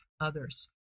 others